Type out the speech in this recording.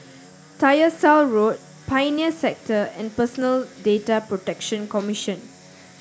Tyersall Road Pioneer Sector and Personal Data Protection Commission